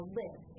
live